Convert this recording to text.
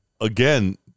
again